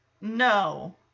no